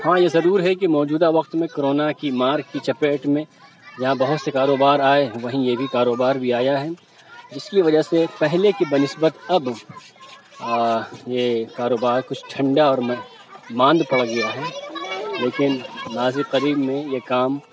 ہاں یہ ضرور ہے کہ موجودہ وقت میں کرونا کی مار کی چپیٹ میں جہاں بہت سے کاروبار آئے وہیں یہ بھی کاروبار بھی آیا ہے اس کی وجہ سے پہلے کی بہ نسبت اب یہ کاروبار کچھ ٹھنڈا اور ما ماند پڑ گیا ہے لیکن ماضی قریب میں یہ کام